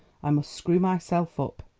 i must screw myself up.